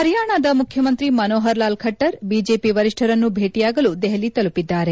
ಹರಿಯಾಣದ ಮುಖ್ಯಮಂತ್ರಿ ಮನೋಹರ್ ಲಾಲ್ ಖಟ್ವರ್ ಬಿಜೆಪಿ ವರಿಷ್ಣರನ್ನು ಭೇಟಿಯಾಗಲು ದೆಹಲಿ ತೆಲುಪಿದ್ದಾರೆ